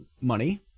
money